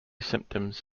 symptoms